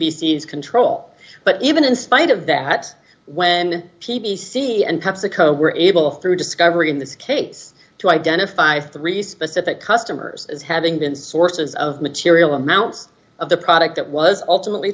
c s control but even in spite of that when p p c and pepsico were able through discovery in this case to identify three specific customers as having been sources of material amounts of the product that was ultimately